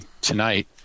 tonight